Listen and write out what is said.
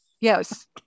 Yes